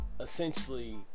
essentially